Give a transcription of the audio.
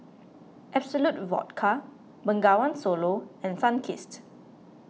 Absolut Vodka Bengawan Solo and Sunkist